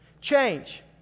Change